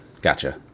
Gotcha